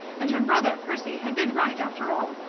and her brother, percy, had been right after all.